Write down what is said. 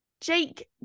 Jake